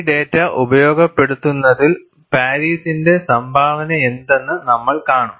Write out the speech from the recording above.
ഈ ഡാറ്റ ഉപയോഗപ്പെടുത്തുന്നതിൽ പാരീസിന്റെ സംഭാവനയെന്താണെന്ന് നമ്മൾ കാണും